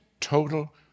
total